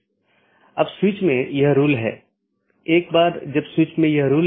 इसके बजाय BGP संदेश को समय समय पर साथियों के बीच आदान प्रदान किया जाता है